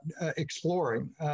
exploring